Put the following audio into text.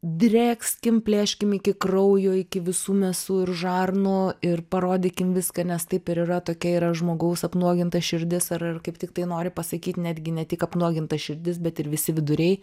drėkskim plėškim iki kraujo iki visų mėsų ir žarnų ir parodykim viską nes taip ir yra tokia yra žmogaus apnuoginta širdis ar ar kaip tiktai nori pasakyt netgi ne tik apnuoginta širdis bet ir visi viduriai